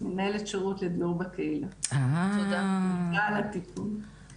במשרד הרווחה.